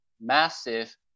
massive